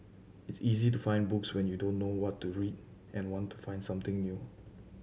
it's easy to find books when you don't know what to read and want to find something new